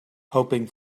hoping